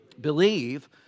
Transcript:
Believe